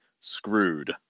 screwed